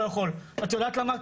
את יודעת למה?